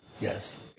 Yes